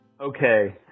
Okay